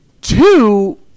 two